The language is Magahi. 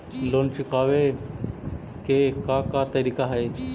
लोन चुकावे के का का तरीका हई?